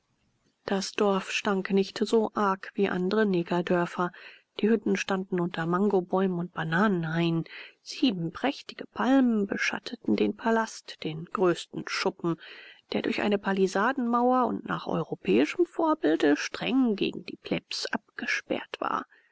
das dorf stank nicht so arg wie andre negerdörfer die hütten standen unter mangobäumen und bananenhainen sieben prächtige palmen beschatteten den palast den größten schuppen der durch eine pallisadenmauer und nach europäischem vorbilde streng gegen die plebs abgesperrt war